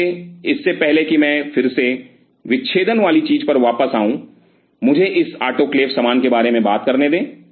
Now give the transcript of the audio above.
इसलिए इससे पहले कि मैं फिर से विच्छेदन वाली चीज पर वापस आऊं मुझे इस आटोक्लेव सामान के बारे में बात करने दें